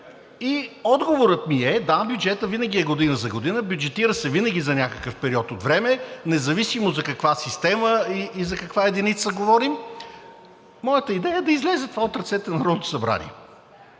И отговорът ми е: да, бюджетът винаги е година за година, бюджетира се винаги за някакъв период от време, независимо за каква система и за каква единица говорим. Моята идея е да излезе това от ръцете на Народното събрание,